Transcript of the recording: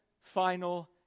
final